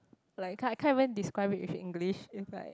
like c~ can't even describe it with English it's like